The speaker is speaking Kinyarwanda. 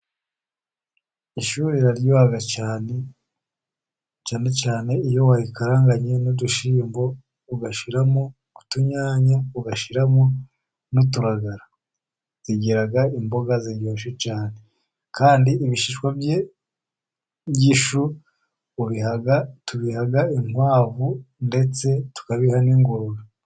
Ishu riraryoha cyane, cyane cyane iyo warikaranganye n'udushyimbo, ugashyiramo utunyanya, ugashyiramo n'uturagara, zigira imboga ziryoshye cyane, kandi ibishishwa by'ishu tubiha inkwavu ndetse tukabiha n'ingurube.